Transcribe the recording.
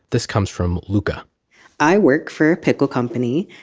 this comes from luca i work for a pickle company,